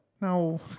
No